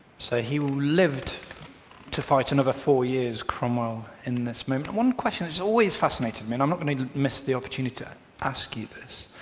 so he lived to fight and another four years, cromwell in this moment. one question has always fascinated me, and i'm not going to miss the opportunity to ask you this,